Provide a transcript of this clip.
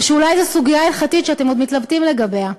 או שאולי זו סוגיה הלכתית שאתם עוד מתלבטים לגביה?